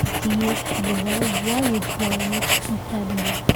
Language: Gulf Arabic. كتير حلوة واجد واجد مثالية.